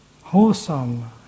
wholesome